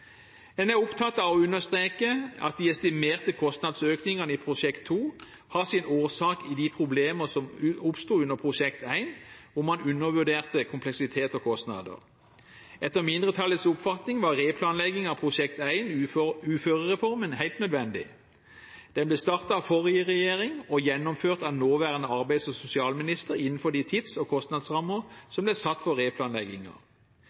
En er opptatt av å understreke at de estimerte kostnadsøkningene i Prosjekt 2 har sin årsak i de problemene som oppsto under Prosjekt 1, hvor man undervurderte kompleksitet og kostnader. Etter mindretallets oppfatning var replanlegging av Prosjekt 1, uførereformen, helt nødvendig. Den ble startet av forrige regjering og gjennomført av nåværende arbeids- og sosialminister innenfor de tids- og kostnadsrammer som ble satt for